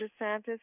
DeSantis